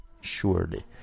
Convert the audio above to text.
surely